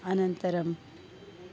अनन्तरम्